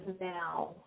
now